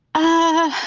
i